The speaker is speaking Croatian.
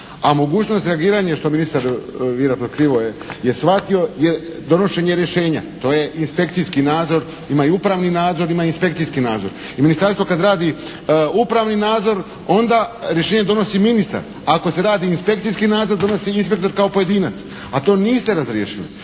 a mogućnost reagiranja što ministar vjerojatno krivo je shvatio, je donošenje rješenja. To je inspekcijski nadzor, ima i upravni nadzor ima i inspekcijski nadzor. I ministarstvo kada radi upravni nadzor onda rješenje donosi ministar, ako se radi inspekcijski nadzor donosi inspektor kao pojedinac, a to niste razriješili